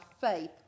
faith